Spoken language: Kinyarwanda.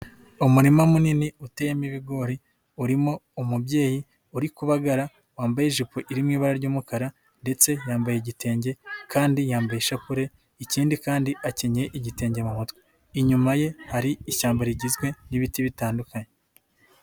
Umurima munini, uteyemo ibigori urimo umubyeyi, uri kubagara, wambaye ijipo iri mu ibara ry'umukara ndetse yambaye igitenge kandi yambeye ishapule, ikindi kandi akenyeye igitenge mu mutwe, inyuma ye hari ishyamba rigizwe n'ibiti bitandukanye.